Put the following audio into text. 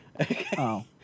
Okay